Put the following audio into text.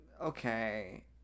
Okay